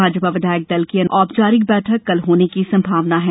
भाजपा विधायक दल की औपचारिक बैठक कल होने की संभावना है